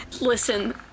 Listen